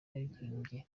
yaririmbye